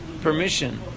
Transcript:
permission